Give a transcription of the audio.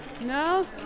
no